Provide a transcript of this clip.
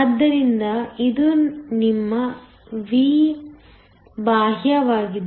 ಆದ್ದರಿಂದ ಇದು ನಿಮ್ಮ ವಿ ಬಾಹ್ಯವಾಗಿದೆ